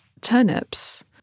turnips